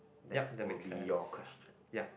yup that makes sense ya